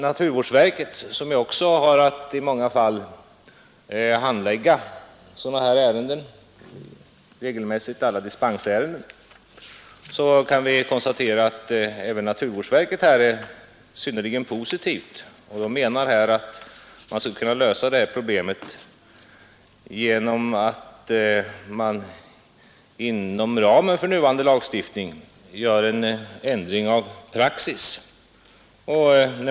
Naturvårdsverket, som har att handlägga många av dessa ärenden — det gäller regelmässigt alla dispensärenden är också synnerligen positivt. Verket framhåller att åtgärder kan vidtas inom ramen för gällande lagstiftning genom viss ändring av praxis.